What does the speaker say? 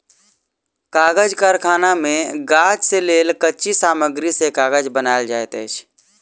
कागज़ कारखाना मे गाछ से लेल कच्ची सामग्री से कागज़ बनायल जाइत अछि